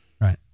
Right